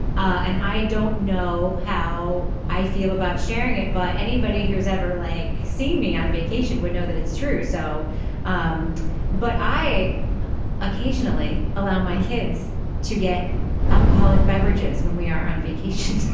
and i don't know how i feel about sharing it by anybody here is ever like seen me on vacation would know that it's true so um but i occasionally allow my kids to get alcoholic beverages when we are on vacation.